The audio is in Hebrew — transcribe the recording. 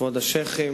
כבוד השיח'ים,